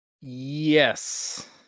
yes